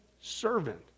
servant